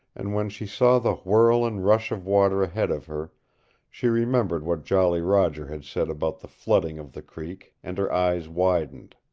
and when she saw the whirl and rush of water ahead of her she remembered what jolly roger had said about the flooding of the creek, and her eyes widened.